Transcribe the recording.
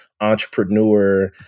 entrepreneur